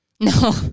No